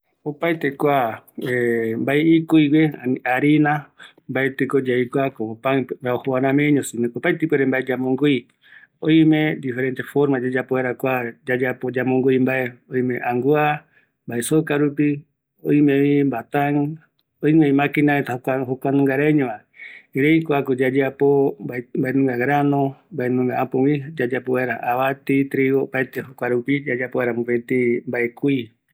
Yayapo vaera mbae kui, oïme jeta kïraï oyeapo vaera, oïme angua pe, oïmevi vatan rupi, oïmevi maquina oyojo va, kuara oyeapo avati, trigo. Soya opaete jokua reta